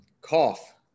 cough